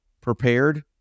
prepared